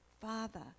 Father